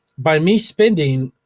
by me spending,